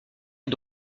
est